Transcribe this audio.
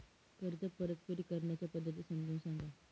कर्ज परतफेड करण्याच्या पद्धती समजून सांगा